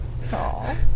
Aww